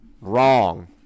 wrong